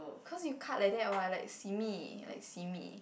cause you cut like that !wah! like simi like simi